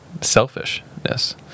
selfishness